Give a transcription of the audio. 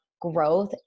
growth